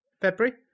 February